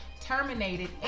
terminated